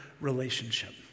relationship